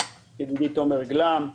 ידידי תומר גלאם,